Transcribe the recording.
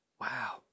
Wow